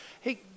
Hey